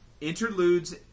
Interludes